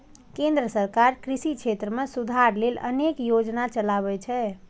केंद्र सरकार कृषि क्षेत्र मे सुधार लेल अनेक योजना चलाबै छै